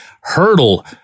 Hurdle